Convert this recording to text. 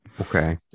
Okay